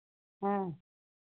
हाँ